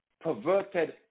perverted